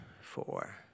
four